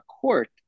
court